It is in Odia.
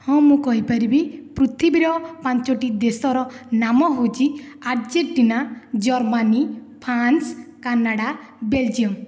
ହଁ ମୁଁ କହିପାରିବି ପୃଥିବୀର ପାଞ୍ଚଟି ଦେଶ ର ନାମ ହେଉଛି Argentina Germany France Canada Belgium